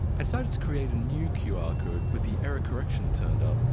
i decided to create a new qr code with the error correction turned up.